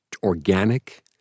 organic